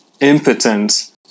impotent